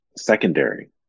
secondary